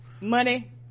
money